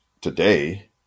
today